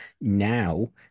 now